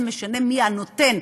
ולא משנה מי הנותן,